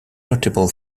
notable